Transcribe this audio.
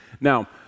Now